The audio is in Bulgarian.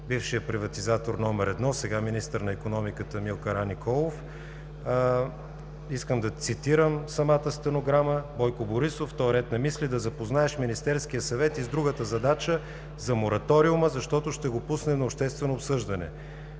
бившия приватизатор номер едно – сега министър на икономиката Емил Караниколов. Искам да цитирам самата стенограма: „Бойко Борисов: В този ред на мисли да запознаеш Министерския съвет и с другата задача за мораториума, защото ще го пуснем на обществено обсъждане.“